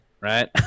Right